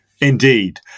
Indeed